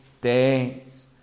days